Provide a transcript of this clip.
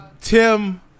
Tim